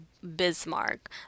bismarck